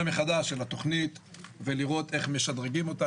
מחדש על התוכנית ולראות איך משדרגים אותה.